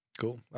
cool